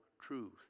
truth